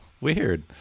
Weird